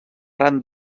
ran